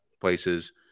places